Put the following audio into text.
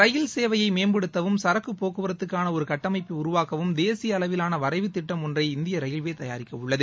ரயில் சேவையை மேம்படுத்தவும் சரக்குப் போக்குவரத்துக்கான ஒரு கட்டமைப்பை உருவாக்கவும் தேசிய அளவிலான வரைவு திட்டம் ஒன்றை இந்திய ரயில்வே தயாரிக்கவுள்ளது